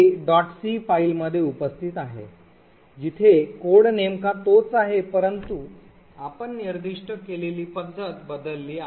c फाइलमधे उपस्थित आहे जिथे कोड नेमका तोच आहे परंतु आपण निर्दिष्ट केलेली पद्धत बदलली आहे